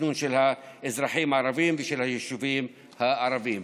התכנון של האזרחים הערבים ושל היישובים הערביים,